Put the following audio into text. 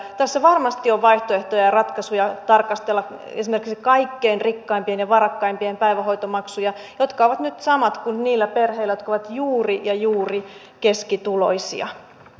tässä varmasti on vaihtoehtoja ja ratkaisuja tarkastella esimerkiksi kaikkein rikkaimpien ja varakkaimpien päivähoitomaksuja jotka ovat nyt samat kuin niillä perheillä jotka ovat juuri ja juuri keskituloisia